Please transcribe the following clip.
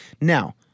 Now